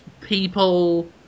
people